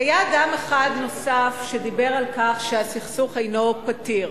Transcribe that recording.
היה אדם אחד נוסף שדיבר על כך שהסכסוך אינו פתיר.